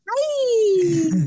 Hi